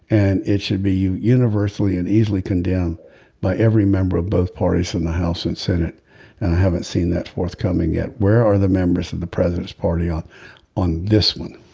and it should be universally and easily condemned by every member of both parties in the house and senate. and i haven't seen that forthcoming yet where are the members of the president's party on on this one